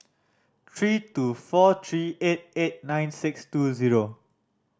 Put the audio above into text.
three two four three eight eight nine six two zero